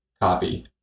copy